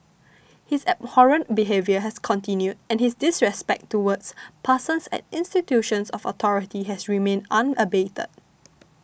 his abhorrent behaviour has continued and his disrespect towards persons and institutions of authority has remained unabated